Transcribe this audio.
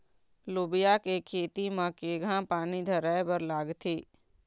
लोबिया के खेती म केघा पानी धराएबर लागथे?